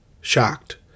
shocked